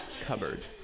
Cupboard